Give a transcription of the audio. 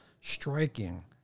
Striking